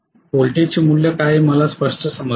व्होल्टेजचे मूल्य काय हे मला स्पष्टपणे समजले आहे